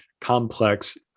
complex